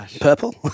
Purple